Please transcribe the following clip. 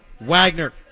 Wagner